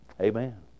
amen